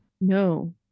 No